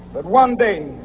but one day